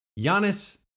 Giannis